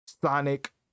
sonic